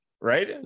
right